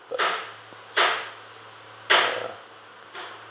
but ya